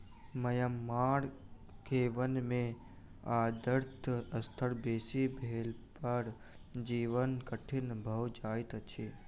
Myanmar के वन में आर्द्रता स्तर बेसी भेला पर जीवन कठिन भअ जाइत अछि